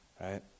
right